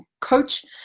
coach